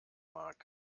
mag